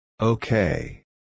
Okay